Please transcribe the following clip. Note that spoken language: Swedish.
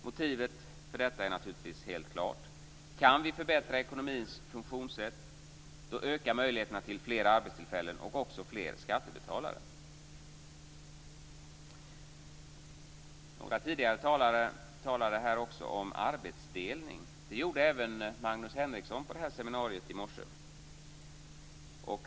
Motivet för detta är naturligtvis helt klart. Om vi kan förbättra ekonomins funktionssätt ökar möjligheterna till fler arbetstillfällen och också fler skattebetalare. Några tidigare talare nämnde arbetsdelning. Det gjorde även Magnus Henrekson på det här seminariet i morse.